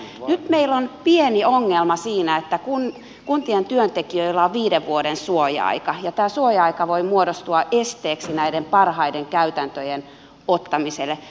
nyt meillä on pieni ongelma siinä että kuntien työntekijöillä on viiden vuoden suoja aika ja tämä suoja aika voi muodostua esteeksi näiden parhaiden käytäntöjen ottamiselle